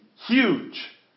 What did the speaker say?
Huge